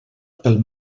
pel